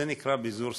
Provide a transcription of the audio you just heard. זה נקרא ביזור סמכויות.